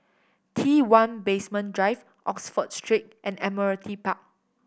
T One Basement Drive Oxford Street and Admiralty Park